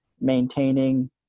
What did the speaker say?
maintaining